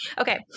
Okay